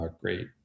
great